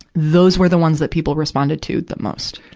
those were the ones that people responded to the most.